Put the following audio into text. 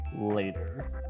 later